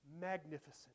magnificent